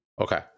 Okay